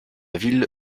ville